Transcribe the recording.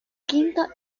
quinto